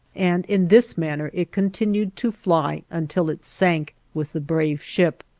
and in this manner it continued to fly until it sank with the brave ship.